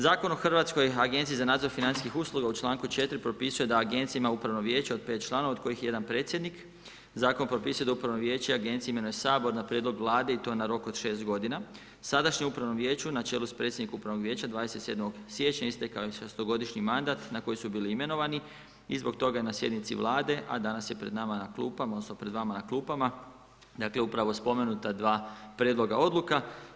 Zakon o Hrvatskoj agenciji za nadzor financijskih usluga u čl. 4. propisuje da Agencija ima upravno vijeće od 5 članova, od kojih je jedan predsjednik, zakon propisuje da upravno vijeće agencije imenuje Sabor, na prijedlog Vlade i to na rok od 6 g. Sadašnje upravno vijeću, na čelu sa predsjednikom upravnog vijeća 27.1. istekao je šestogodišnji mandat na koji su bili imenovani i zbog toga je na sjednici Vlada, a danas je pred nama na klupama, odnosno, pred vama na klupama dakle, u pravo spomenuta 2 prijedloga odluka.